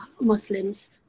Muslims